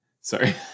Sorry